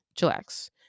chillax